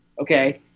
okay